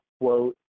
quote